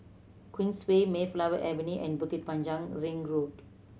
Queensway Mayflower Avenue and Bukit Panjang Ring Road